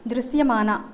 దృశ్యమాన